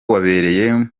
wabereye